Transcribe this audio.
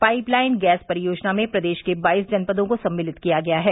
pipe line gas परियोजना में प्रदेश के बाईस जनपदों को सम्मिलित किया गया हैं